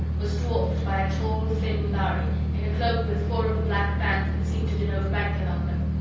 was dwarfed by a tall, thin lhari, in a cloak with four of the black bands that seemed to denote rank among them.